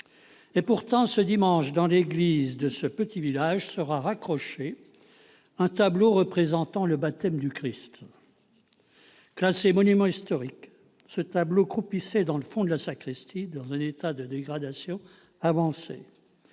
Pourtant ce dimanche, dans l'église de ce petit village, sera raccroché un tableau représentant le baptême du Christ. Classé monument historique, ce tableau croupissait dans le fond de la sacristie dans un état de dégradation avancé.